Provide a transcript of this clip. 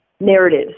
Narratives